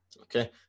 Okay